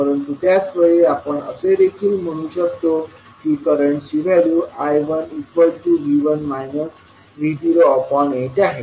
परंतु त्याच वेळी आपण असे देखील म्हणू शकतो की करंटची व्हॅल्यू I18आहे